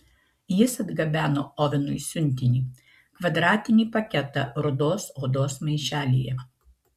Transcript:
jis atgabeno ovenui siuntinį kvadratinį paketą rudos odos maišelyje